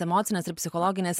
emocines ir psichologines